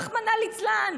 רחמנא ליצלן.